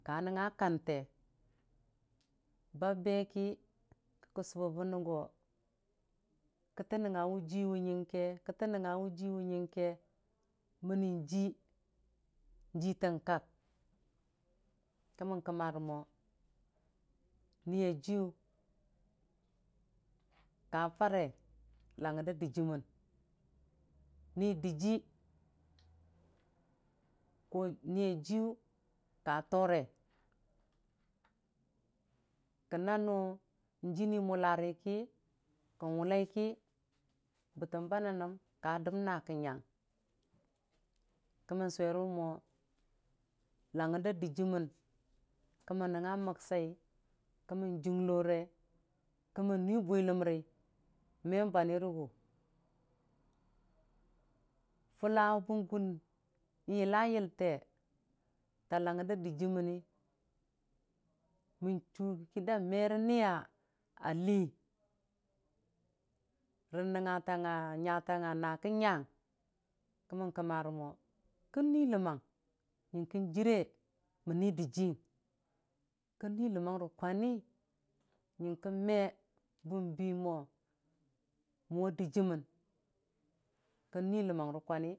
Ka nəngnga kante ba be ki gə ka sʊbəbbane go kətən nəngnga wʊji we nyəng ke- kətə nəngngfa gʊti we nyan kə, mənni ji jiitən kak kəmmən kəmmare mo niiyajiiyʊ ka fare langngər da dɨjɨɨmən ni dɨjɨɨ ko niiya jii yʊ ka tore kə nənʊ jonni mularəki kənwʊlai ki bətəm ba nən nəm ka dəm naa kə nyang kə mon suwe re mo langngər da dɨjɨɨmən kəmən nəngnga məksai, kəmmən dunglorei kəmmən nui bwiləmri men ba nyirei gʊ fʊlla wʊbən gun yila yəte ta langngər da dɨjɨɨ mənni mən chʊ ki daa mero niya a lii rə nəngnga təməng nyatangnga naa kə nyang kən kəmmare mo kən nui ləmməng nyangn kən jire mən ni dɨjɨɨ ying kər nui ləmməng rə kwani nyəng ko me bən bi mo mən mʊwe dɨjɨɨmən kən nui ləmmang rə kwani.